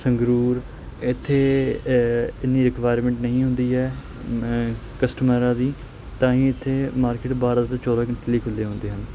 ਸੰਗਰੂਰ ਇੱਥੇ ਇੰਨੀ ਰਿਕਵਾਇਰਮੈਂਟ ਨਹੀਂ ਹੁੰਦੀ ਹੈ ਮੈਂ ਕਸਟਮਰਾਂ ਦੀ ਤਾਂ ਹੀ ਇੱਥੇ ਮਾਰਕੀਟ ਬਾਰ੍ਹਾਂ ਤੋਂ ਚੌਦਾਂ ਘੰਟੇ ਲਈ ਖੁੱਲ੍ਹੇ ਹੁੰਦੇ ਹਨ